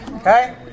Okay